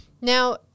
Now